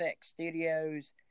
Studios